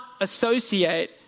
associate